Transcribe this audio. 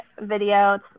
video